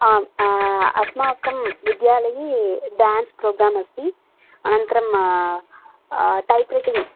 आम् अस्माकं विद्यालये डान्स् प्रोग्राम् अस्ति अनन्तरं टैप्रेटिङ्ग्